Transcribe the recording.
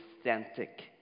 authentic